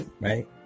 Right